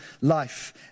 life